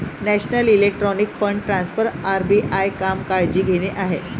national electronic fund transfer RBI काम काळजी घेणे आहे